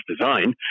design